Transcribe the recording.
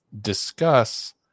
discuss